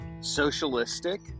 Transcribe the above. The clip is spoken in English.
socialistic